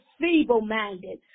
feeble-minded